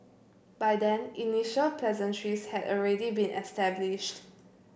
by then initial pleasantries had already been established